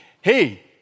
hey